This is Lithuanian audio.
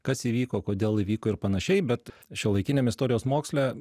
kas įvyko kodėl įvyko ir panašiai bet šiuolaikiniam istorijos moksle